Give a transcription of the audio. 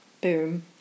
Boom